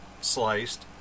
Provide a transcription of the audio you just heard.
sliced